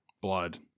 Blood